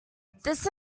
this